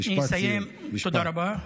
תודה רבה.